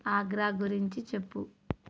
ఆగ్రా గురించి చెప్పు